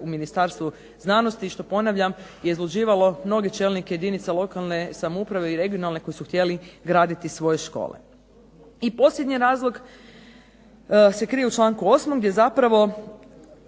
u Ministarstvu znanosti i ponavljam je izluđivalo mnoge čelnike jedinica lokalne samouprave i regionalne koji su htjeli graditi svoje škole. I posljednji razlog se krije u članku 8. gdje zapravo